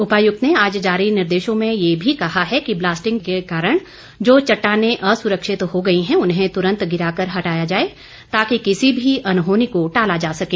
उपायुक्त ने आज जारी निर्देशों में ये भी कहा है कि ब्लास्टिंग के कारण जो चटटानें असुरक्षित हो गई हैं उन्हें तुरंत गिराकर हटाया जाए ताकि किसी भी अनहोनी को टाला जा सके